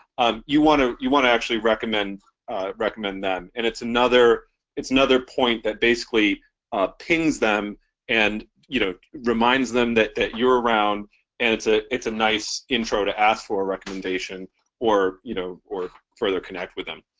um you want to you want to actually recommend recommend them and it's another it's another point that basically ah pings them and you know reminds them that that you're around and it's a it's a nice intro to ask for a recommendation or you know or further connect with them.